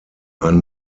ein